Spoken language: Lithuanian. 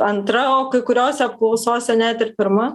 antra o kai kuriose apklausose net ir pirma